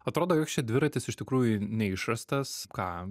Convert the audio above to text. atrodo joks čia dviratis iš tikrųjų neišrastas ką